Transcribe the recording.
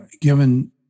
given